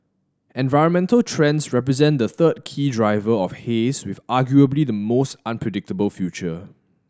environmental trends represent the third key driver of haze with arguably the most unpredictable future